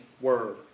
Word